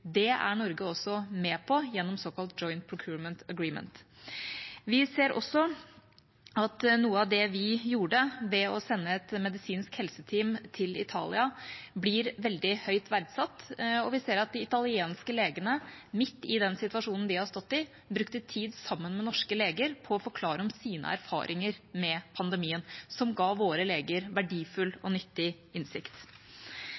Det er Norge også med på gjennom såkalt «joint procurement agreement». Vi ser også at noe av det vi gjorde, bl.a. å sende et medisinsk helseteam til Italia, blir veldig høyt verdsatt, og vi ser at de italienske legene midt i den situasjonen de har stått i, brukte tid sammen med norske leger på å forklare om sine erfaringer med pandemien, noe som ga våre leger verdifull